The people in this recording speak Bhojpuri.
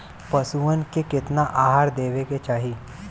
पशुअन के केतना आहार देवे के चाही?